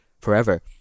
forever